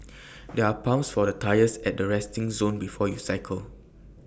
there're pumps for the tyres at the resting zone before you cycle